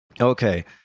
Okay